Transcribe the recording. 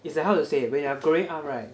it's like how to say when you're growing up right